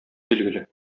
билгеле